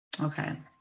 Okay